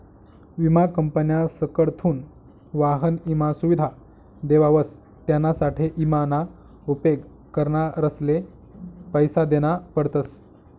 विमा कंपन्यासकडथून वाहन ईमा सुविधा देवावस त्यानासाठे ईमा ना उपेग करणारसले पैसा देना पडतस